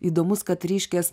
įdomus kad reiškias